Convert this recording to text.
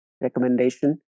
recommendation